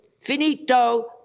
Finito